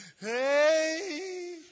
Hey